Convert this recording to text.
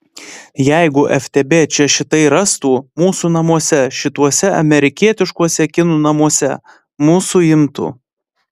jeigu ftb čia šitai rastų mūsų namuose šituose amerikietiškuose kinų namuose mus suimtų